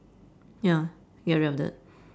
ya get rid of that